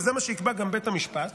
וזה מה שיקבע גם בית המשפט,